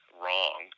wrong